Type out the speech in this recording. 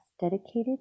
dedicated